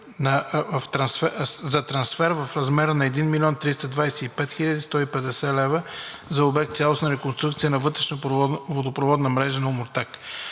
за трансфер в размер на 1 млн. 325 хил. 150 лв. за обект „Цялостна реконструкция на вътрешна водопроводна мрежа на град